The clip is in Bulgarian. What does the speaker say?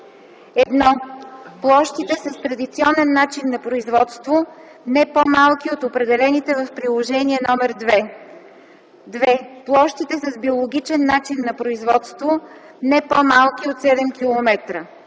1. площите с традиционен начин на производство – не по-малки от определените в Приложение № 2; 2. площите с биологичен начин на производство – не по-малки от 7 км;